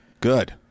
Good